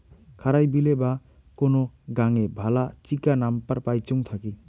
খারাই বিলে বা কোন গাঙে ভালা চিকা নাম্পার পাইচুঙ থাকি